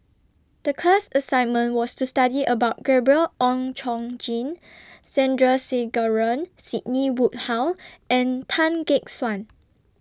The class assignment was to study about Gabriel Oon Chong Jin Sandrasegaran Sidney Woodhull and Tan Gek Suan